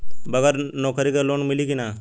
बगर नौकरी क लोन मिली कि ना?